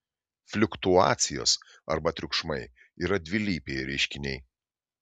fliuktuacijos arba triukšmai yra dvilypiai reiškiniai